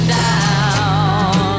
down